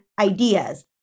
ideas